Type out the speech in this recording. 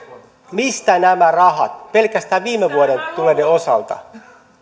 mistä nämä rahat pelkästään viime vuonna tulleiden osalta